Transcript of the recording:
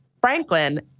Franklin